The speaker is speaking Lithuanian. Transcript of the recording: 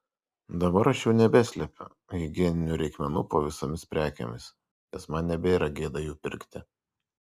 dabar aš jau nebeslepiu higieninių reikmenų po visomis prekėmis nes man nebėra gėda jų pirkti